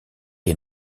est